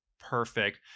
perfect